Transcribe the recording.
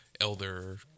elder